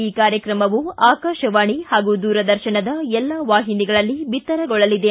ಈ ಕಾರ್ಯಕ್ರಮವು ಆಕಾಶವಾಣಿ ಹಾಗೂ ದೂರದರ್ಶನದ ಎಲ್ಲಾ ವಾಹಿನಿಗಳಲ್ಲಿ ಬಿತ್ತರಗೊಳ್ಳಲಿದೆ